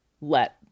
let